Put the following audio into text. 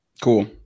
Cool